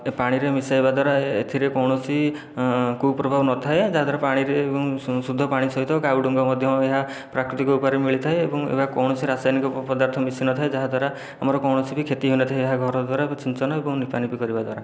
ପାଣିରେ ମିଶାଇବା ଦ୍ଵାରା ଏଥିରେ କୌଣସି କୁପ୍ରଭାବ ନଥାଏ ଯାହା ଦ୍ଵାରା ପାଣିରେ ଶୁଦ୍ଧ ପାଣି ସହିତ କାଓଡ଼ଙ୍କ ମଧ୍ୟ ଏହା ପ୍ରାକୃତିକ ଉପାୟରେ ମିଳିଥାଏ ଏବଂ ଏହା କୌଣସି ରାସାୟନିକ ପଦାର୍ଥ ମିଶିନଥାଏ ଯାହାଦ୍ଵାରା ଆମର କୌଣସିବି କ୍ଷତି ହୋଇନଥାଏ ଏହା ଘରଦ୍ୱାର ସିଞ୍ଚନ କିମ୍ବା ଲିପା ଲିପୀ କରିବା ଦ୍ଵାରା